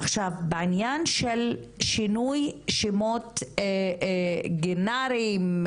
עכשיו בעניין של שינוי שמות גנריים,